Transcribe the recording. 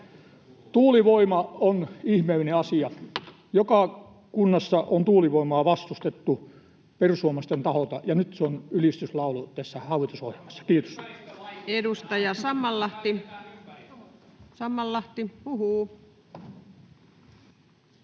Tuulivoima on ihmeellinen asia. Joka kunnassa on tuulivoimaa vastustettu perussuomalaisten taholta, ja nyt se on ylistyslaulu tässä hallitusohjelmassa. — Kiitos.